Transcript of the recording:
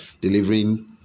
delivering